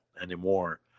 anymore